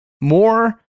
more